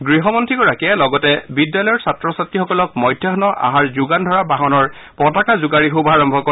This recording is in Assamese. গৃহমন্ত্ৰীগৰাকীয়ে লগতে বিদ্যালয়ৰ ছাত্ৰ ছাত্ৰীসকলক মধ্যাহ্ন আহাৰ যোগান ধৰা বাহনৰ পতাকা জোকাৰি শুভাৰম্ভ কৰে